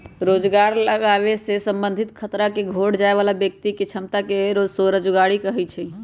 रोजगार लागाबे से संबंधित खतरा के घोट जाय बला व्यक्ति के क्षमता के स्वरोजगारी कहै छइ